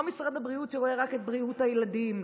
לא משרד הבריאות שרואה רק את בריאות הילדים.